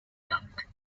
dank